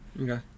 Okay